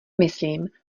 myslím